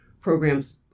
programs